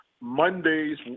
Mondays